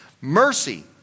Mercy